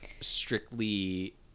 strictly